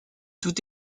tout